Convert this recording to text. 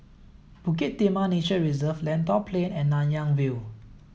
Bukit Timah Nature Reserve Lentor Plain and Nanyang View